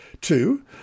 Two